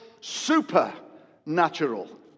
supernatural